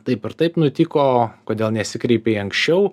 taip ir taip nutiko kodėl nesikreipei anksčiau